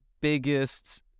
biggest